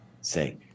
say